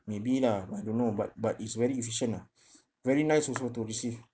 maybe lah but I don't know but but it's very efficient lah very nice also to receive